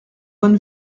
bonne